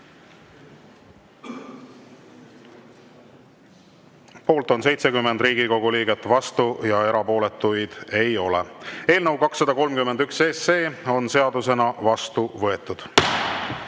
Poolt on 70 Riigikogu liiget, vastuolijaid ja erapooletuid ei ole. Eelnõu 231 on seadusena vastu võetud.